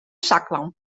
zaklamp